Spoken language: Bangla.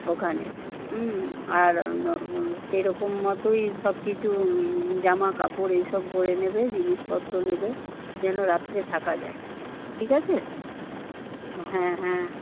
ওখানে আর সেরকম মতোই সবকিছু জামাকাপড় এইসব ভরে নেবে জিনিসপত্র নেবে যেন রাত্রে থাকা যায় ঠিক আছে হ্যাঁ হ্যাঁ